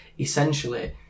essentially